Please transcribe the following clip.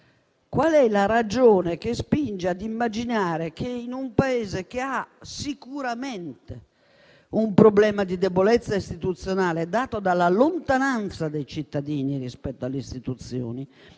Qual è la ragione che spinge ad immaginare che, in un Paese che ha sicuramente un problema di debolezza istituzionale dato dalla lontananza dei cittadini rispetto alle Istituzioni,